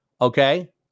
okay